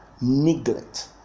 neglect